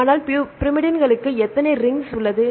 ஆனால் பைரிமிடின்களுக்கு எத்தனை ரிங்ஸ் உள்ளன